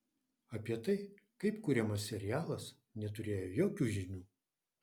apie tai kaip kuriamas serialas neturėjo jokių žinių